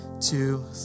two